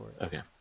Okay